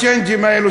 הצ'יינג'ים האלה,